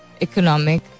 economic